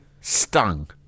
stung